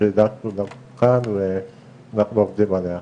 שהגשנו גם לכאן ואנחנו עובדים עליה.